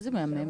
--- איזה מהממת.